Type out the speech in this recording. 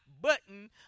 button